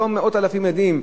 אותם מאות אלפי ילדים,